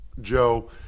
Joe